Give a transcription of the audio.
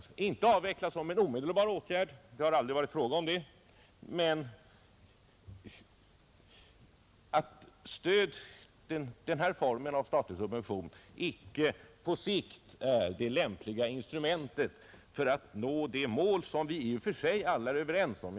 Det skulle inte avvecklas omedelbart, det har aldrig varit frågan om detta, men man ansåg att denna form av statlig subvention icke på sikt är det lämpliga instrumentet för att uppnå det mål vi i och för sig alla är överens om.